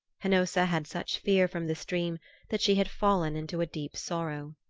hnossa had such fear from this dream that she had fallen into a deep sorrow.